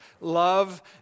Love